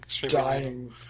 dying